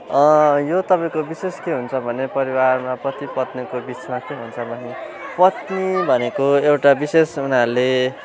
यो तपाईँको विशेष के हुन्छ भने परिवारमा पति पत्नीको बिचमा के हुन्छ भने पत्नी भनेको एउटा विशेष उनीहरूले